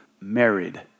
married